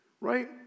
Right